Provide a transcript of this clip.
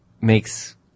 makes